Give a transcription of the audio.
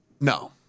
No